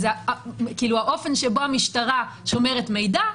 האופן שבו המשטרה שומרת מידע,